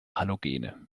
halogene